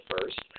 first